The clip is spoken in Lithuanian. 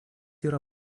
yra